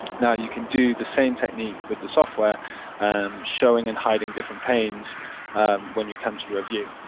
now you can do the same technique with the software showing and hiding different panes when you come to review.